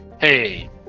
hey